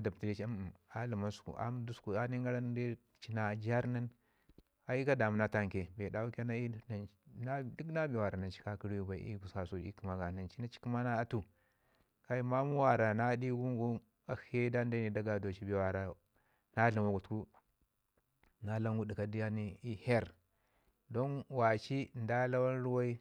dabti di ci amm amm, a dlamau nin səku aamm dəsƙu a nin gara inde li na jarr nin ai ka damina tamke. Bee dawu ke nan cu ke nan na bee nancu ka ruwei bai ii gususku kasau ii kəma ga nancu na ti kəma na atu mamau wara na ɗi gu gu akshi da gadoti bee wara na dlamau gu tuku na lawangu ɗika da nai ii herr. don waii shi da lawan ruwai